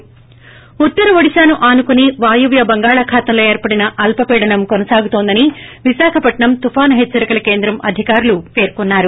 ి ఉత్తర ఒడిశాను ఆనుకుని వాయువ్య బంగాళాఖాతంలో ఏర్పడిన అల్సపీడనం కొనసాగుతోందని విశాఖపట్నం తుపాను హెచ్చరికల కేంద్రం అధికారుల పేర్కొన్నారు